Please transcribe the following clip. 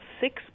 six